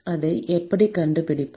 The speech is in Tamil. இதை எப்படி கண்டுபிடிப்பது